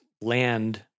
land